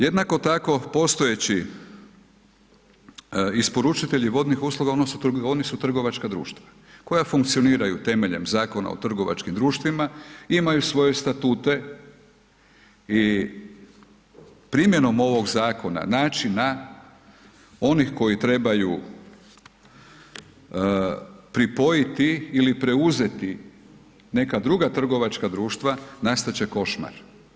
Jednako tako postojeći isporučitelji vodnih usluga, oni su trgovačka društva koja funkcioniraju temeljem Zakona o trgovačkim društvima, imaju svoje Statute i primjenom ovog zakona, načina onih koji trebaju pripojiti ili preuzeti neka druga trgovačka društva, nastat će košmar.